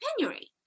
penury